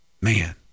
Man